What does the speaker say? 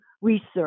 research